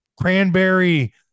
cranberry